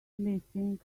missing